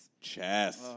Chess